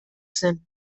zen